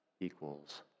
equals